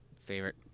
favorite